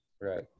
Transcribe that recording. Right